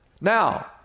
Now